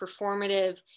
performative